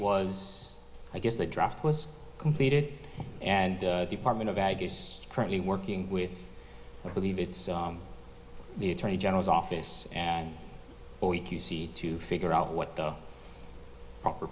was i guess the draft was completed and department of agates currently working with i believe it's the attorney general's office and to figure out what the proper